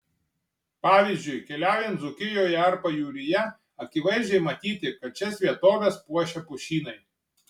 pavyzdžiui keliaujant dzūkijoje ar pajūryje akivaizdžiai matyti kad šias vietoves puošia pušynai